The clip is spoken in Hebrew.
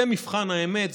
זה מבחן האמת,